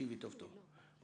אם